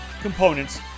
components